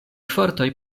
fortoj